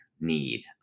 need